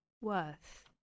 worth